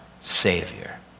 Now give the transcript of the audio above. Savior